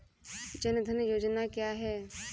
जनधन योजना क्या है?